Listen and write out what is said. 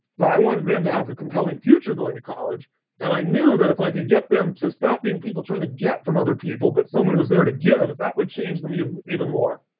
but i wanted them to have the compelling future going to college and i knew that if i could get them to stop being people trying to get from other people but someone who's there to give, that would change them even even more.